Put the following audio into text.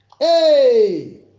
Hey